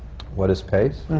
what is pace?